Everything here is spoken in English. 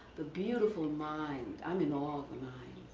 the beautiful mind, i mean all of the mind,